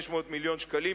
500 מיליון שקלים.